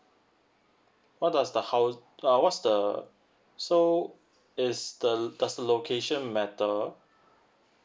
what does the house uh what's the so is the does the location matter